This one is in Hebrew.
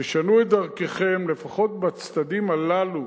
תשנו את דרככם לפחות בצדדים הללו,